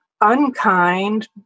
unkind